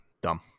dumb